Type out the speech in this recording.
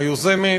היוזמת,